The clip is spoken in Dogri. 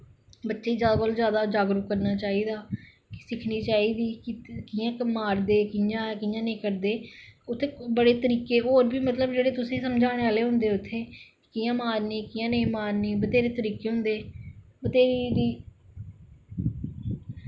बच्चें गी जैदा कोला दा जैदा जागरुक करना चाहिदा सिक्खनी चाहिदी कि'यां मारदे कि कि'यां नेईं करदे उत्थै होर बी बड़े तरीके मतलब कि समझाने आह्ले होंदे उत्थै कि'यां मारनी कि'यां नेईं मारनी बत्तेरे तरीके होंदे बत्थेरी